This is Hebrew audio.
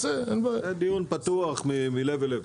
הישיבה נעולה.